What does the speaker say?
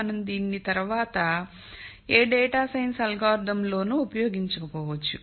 మనం దీన్ని తరువాత ఏ డేటా సైన్స్ అల్గోరిథం లోనూ ఉపయోగించకపోవచ్చు